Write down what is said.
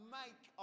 make